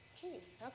Keys